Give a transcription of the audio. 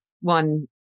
one